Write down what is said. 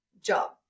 job